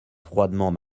froidement